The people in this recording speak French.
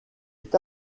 est